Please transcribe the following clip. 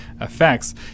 effects